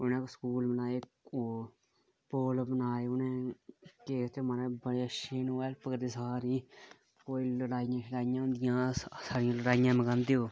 उनै स्कूल बनाए पुल बनाए बड़े अच्छे न ओह् सारें दी मदद करदे कोई लड़ाइयां होंदियां ते साढ़ियां लड़ाइयां मुकांदे ओह्